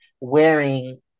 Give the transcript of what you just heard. wearing